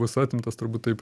bus atimtas turbūt taip